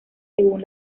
según